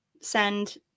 send